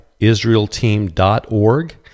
israelteam.org